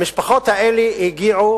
המשפחות האלה הגיעו